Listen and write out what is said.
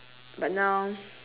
but now